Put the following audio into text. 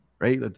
right